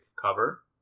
cover